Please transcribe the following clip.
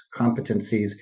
competencies